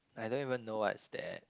I don't even know what's that